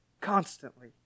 constantly